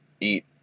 eat